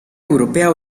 europea